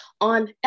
on